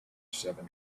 seven